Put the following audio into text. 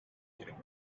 getting